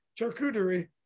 charcuterie